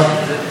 כבוד השר,